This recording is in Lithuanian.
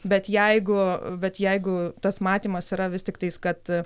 bet jeigu bet jeigu tas matymas yra vis tiktais kad